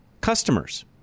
customers